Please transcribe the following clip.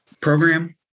program